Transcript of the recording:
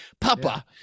Papa